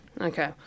Okay